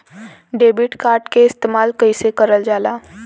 Debit card के इस्तेमाल कइसे करल जाला?